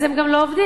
אז הם גם לא עובדים,